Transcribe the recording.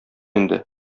инде